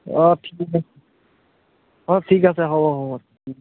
অ ঠিক আছে অ ঠিক আছে হ'ব হ'ব